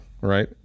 right